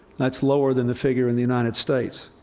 that's lower than the figure in the united states.